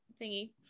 thingy